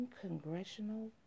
congressional